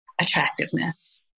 attractiveness